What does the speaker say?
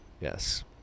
Yes